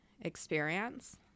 experience